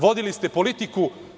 Vodili ste politiku.